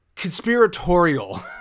conspiratorial